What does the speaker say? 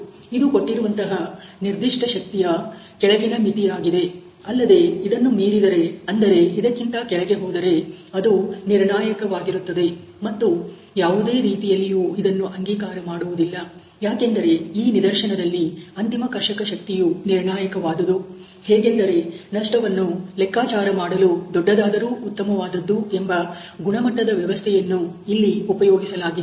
ಇದು ಕೊಟ್ಟಿರುವಂತಹ ನಿರ್ದಿಷ್ಟ ಶಕ್ತಿಯ ಕೆಳಗಿನ ಮಿತಿಯಾಗಿದೆ ಅಲ್ಲದೆ ಇದನ್ನು ಮೀರಿದರೆ ಅಂದರೆ ಇದಕ್ಕಿಂತ ಕೆಳಗೆ ಹೋದರೆ ಅದು ನಿರ್ಣಾಯಕವಾಗಿರುತ್ತದೆ ಮತ್ತು ಯಾವುದೇ ರೀತಿಯಲ್ಲಿಯೂ ಇದನ್ನು ಅಂಗೀಕಾರ ಮಾಡುವುದಿಲ್ಲ ಯಾಕೆಂದರೆ ಈ ನಿದರ್ಶನದಲ್ಲಿ ಅಂತಿಮ ಕರ್ಷಕ ಶಕ್ತಿಯು ನಿರ್ಣಾಯಕವಾದುದು ಹೇಗೆಂದರೆ ನಷ್ಟವನ್ನು ಲೆಕ್ಕಚಾರ ಮಾಡಲು ದೊಡ್ಡದಾದರೂ ಉತ್ತಮವಾದದ್ದು ಎಂಬ ಗುಣಮಟ್ಟದ ವ್ಯವಸ್ಥೆಯನ್ನು ಇಲ್ಲಿ ಉಪಯೋಗಿಸಲಾಗಿದೆ